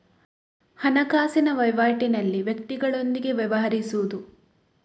ಹಣಕಾಸಿನ ವಹಿವಾಟಿನಲ್ಲಿ ವ್ಯಕ್ತಿಗಳೊಂದಿಗೆ ವ್ಯವಹರಿಸುವುದು